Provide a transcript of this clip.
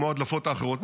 כמו ההדלפות האחרות,